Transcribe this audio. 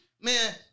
Man